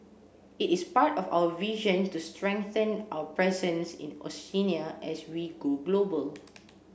it is part of our vision to strengthen our presence in Oceania as we go global